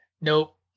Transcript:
Nope